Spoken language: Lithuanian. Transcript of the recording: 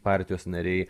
partijos nariai